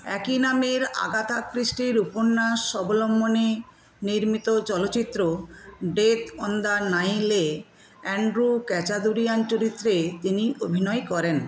একই নামের আগাথা ক্রিস্টির উপন্যাস অবলম্বনে নির্মিত চলচ্চিত্র ডেথ অন দ্য নাইল এ অ্যান্ড্রু ক্যাচাদুরিয়ান চরিত্রে তিনি অভিনয় করেন